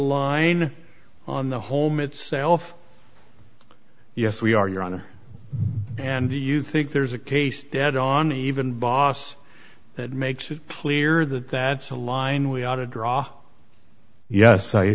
line on the home itself yes we are your honor and do you think there's a case dead on even boss that makes it clear that that's a line we ought to draw yes i